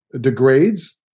degrades